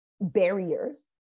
barriers